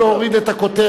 היה צריך להוריד את הכותרת.